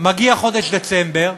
מגיע חודש דצמבר,